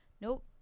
nope